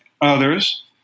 others